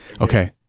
okay